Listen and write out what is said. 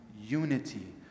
unity